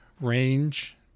range